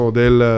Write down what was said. del